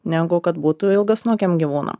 negu kad būtų ilgasnukiam gyvūnam